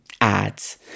ads